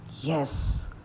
Yes